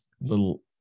little